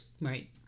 Right